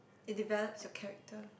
it develops your character